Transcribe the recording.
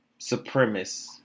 supremacists